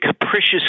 capricious